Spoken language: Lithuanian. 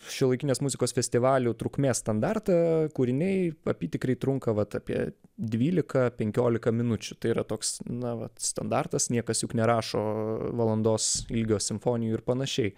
šiuolaikinės muzikos festivalių trukmės standartą kūriniai apytikriai trunka vat apie dvylika penkiolika minučių tai yra toks na vat standartas niekas juk nerašo valandos ilgio simfonijų ir panašiai